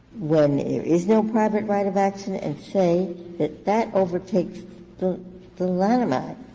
when there is no private right of action, and say that that overtakes the the lanham act.